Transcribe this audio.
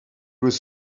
was